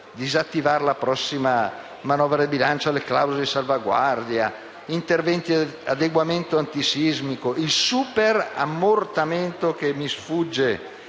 disattivare nella prossima manovra di bilancio le clausole di salvaguardia, interventi di adeguamento antisismico, il super ammortamento (che mi sfugge),